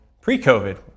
pre-COVID